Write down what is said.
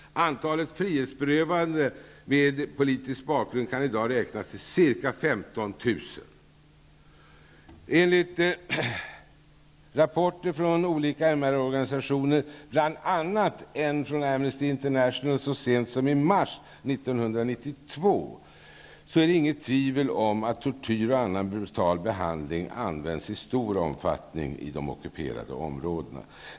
Antalet frihetsberövade med politisk bakgrund kan i dag beräknas till ca 15 000. Enligt rapporter från olika MR-organisationer, bl.a. enligt en rapport från Amnesty International så sent som i mars 1992, är det inget tvivel om att tortyr och annan brutal behandling används i stor omfattning i de ockuperade områdena.